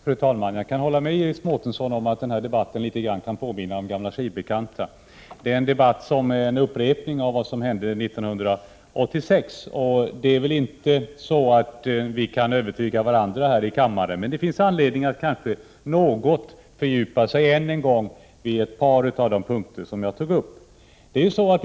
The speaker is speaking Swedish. Fru talman! Jag kan hålla med Iris Mårtensson om att den här debatten litet grand påminner om gamla skivbekanta. Det är en upprepning av vad som hände 1986. Vi kan väl inte övertyga varandra här i kammaren, men det finns ändå anledning att något fördjupa sig i ett par av de punkter som jag tog upp i mitt anförande.